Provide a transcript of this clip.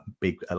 big